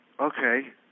Okay